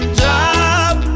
job